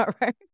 right